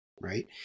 right